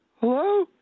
Hello